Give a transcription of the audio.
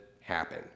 happen